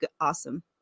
awesome